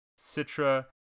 citra